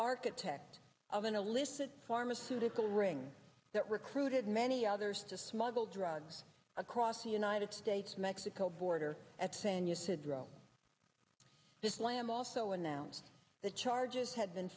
architect of an illicit pharmaceutical ring that recruited many others to smuggle drugs across the united states mexico border at san used to drop this lamb also announced the charges had been